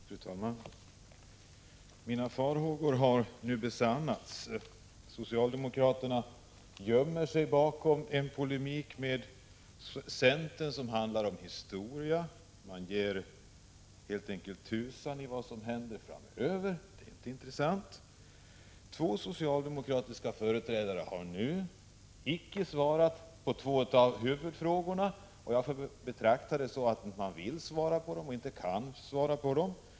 Fru talman! Mina farhågor har nu besannats. Socialdemokraterna gömmer sig bakom en polemik med centern som handlar om historia och struntar helt enkelt i vad som händer framöver — det är inte intressant. Två socialdemokratiska företrädare har icke svarat på ett par av huvudfrågorna, och jag betraktar det så att de inte vill och inte kan svara på dem.